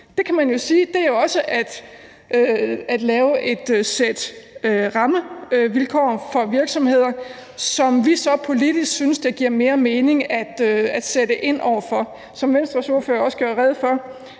Det kan man jo sige også er at lave et sæt rammevilkår for virksomheder, som vi så politisk synes det giver mere mening at sætte ind over for. Som Venstres ordfører også gjorde rede for,